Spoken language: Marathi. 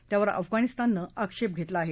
त्यावर अफगाणिस्ताननं आक्षेप घेतला आहे